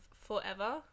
Forever